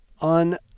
On